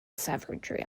savagery